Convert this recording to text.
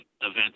events